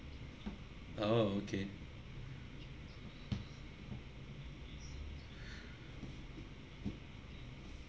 oh okay